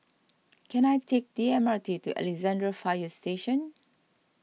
can I take the M R T to Alexandra Fire Station